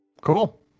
Cool